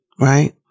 right